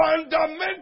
Fundamental